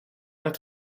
het